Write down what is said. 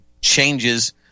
changes